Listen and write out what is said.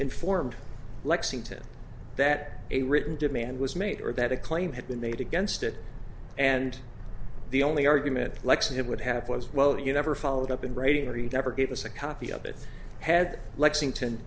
informed lexington that a written demand was made or that a claim had been made against it and the only argument lexan it would have was well you never followed up in writing or you never gave us a copy of it had lexington